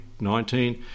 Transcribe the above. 19